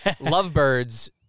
Lovebirds